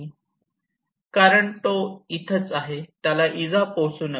कारण तो इथून आहे आणि त्याला इजा पोहोचवू नका